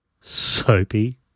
Soapy